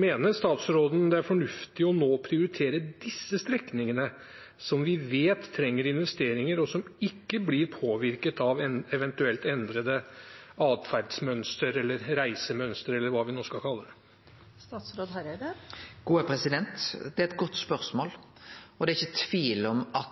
Mener statsråden det er fornuftig nå å prioritere disse strekningene som vi vet trenger investeringer, og som ikke blir påvirket av et eventuelt endret adferdsmønster eller reisemønster, eller hva vi nå skal kalle det? Det er eit godt spørsmål, og det er ikkje tvil om at dei mange vegane me har, der me ser at